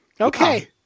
Okay